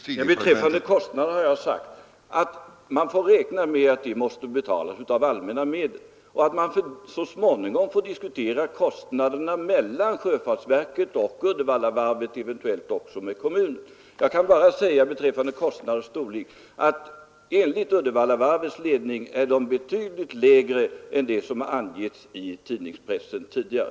Herr talman! Beträffande kostnaderna har jag sagt att man får räkna med att de måste betalas av allmänna medel och att de så småningom får diskuteras mellan sjöfartsverket och Uddevallavarvet, eventuellt även kommunen. Jag kan bara säga att kostnaderna, enligt Uddevallavarvets ledning, är betydligt lägre än vad som angivits i pressen tidigare.